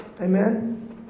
Amen